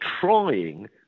trying